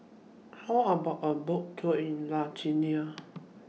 How about A Boat Tour in Lithuania